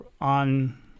on